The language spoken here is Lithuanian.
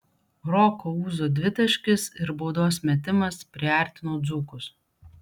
roko ūzo dvitaškis ir baudos metimas priartino dzūkus